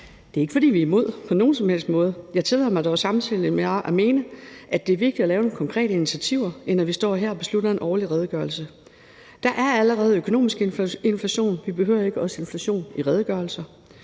som helst måde er imod. Jeg tillader mig dog at mene, at det er vigtigt at lave nogle konkrete initiativer, frem for at vi bare står her og beslutter, at der skal være en årlig redegørelse. Der er allerede økonomisk inflation. Vi behøver ikke også en inflation i redegørelser.